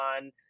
on